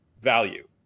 value